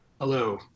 Hello